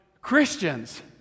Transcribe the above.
Christians